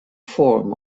form